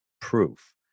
proof